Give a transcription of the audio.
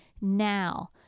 now